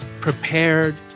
prepared